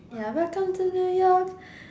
ya welcome to New York